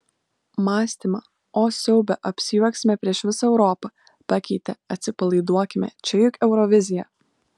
mąstymą o siaube apsijuoksime prieš visą europą pakeitė atsipalaiduokime čia juk eurovizija